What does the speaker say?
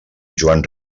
joan